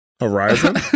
Horizon